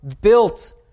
built